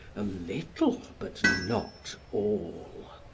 a little, but not all.